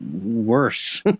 worse